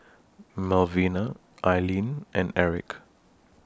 Malvina Ailene and Erik